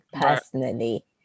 personally